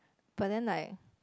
but then like